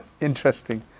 interesting